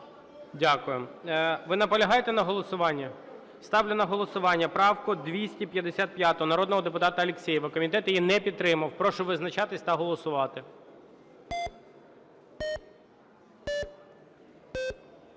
Дякую. Ви наполягаєте на голосуванні? Ставлю на голосування правку 255 народного депутата Алєксєєва. Комітет її не підтримав. Прошу визначатись та голосувати.